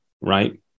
right